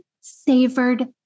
savored